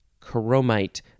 Chromite